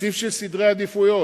תקציב של סדרי עדיפויות.